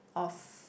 of